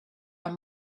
our